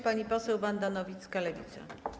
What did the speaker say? Pani poseł Wanda Nowicka, Lewica.